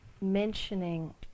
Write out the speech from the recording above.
mentioning